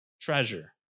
treasure